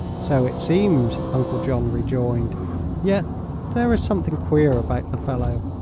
so it seems, uncle john rejoined yet there is something queer about the fellow,